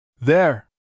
There